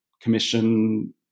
Commission